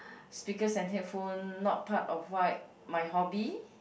stickers and headphone not part of what my hobby